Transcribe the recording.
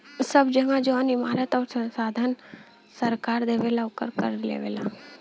सब जगह जौन इमारत आउर साधन सरकार देवला ओकर कर लेवला